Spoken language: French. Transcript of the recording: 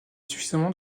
suffisamment